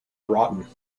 broughton